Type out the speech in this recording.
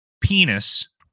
penis